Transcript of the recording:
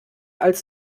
als